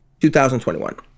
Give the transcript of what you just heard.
2021